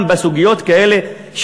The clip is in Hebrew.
גם בסוגיות כאלה,